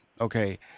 Okay